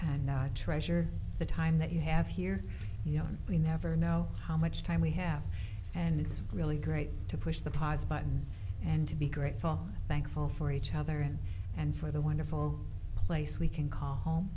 and i treasure the time that you have here you know we never know how much time we have and it's really great to push the pause button and to be grateful thankful for each other and for the wonderful place we can call home